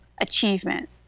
achievement